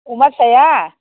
अमा फिसाया